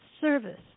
service